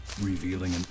revealing